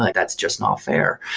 like that's just not fair.